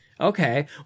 Okay